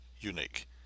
unique